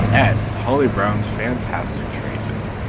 s. holly brown's fantastic tracing.